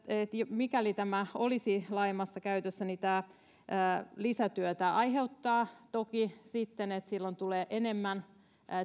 mikäli tämä olisi laajemmassa käytössä niin tämä aiheuttaa toki sitten lisätyötä silloin tulee enemmän